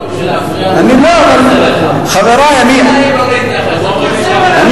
בשביל להפריע לנו, לא נעים לא להתייחס, אני